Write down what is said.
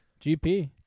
GP